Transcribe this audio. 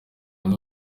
amwe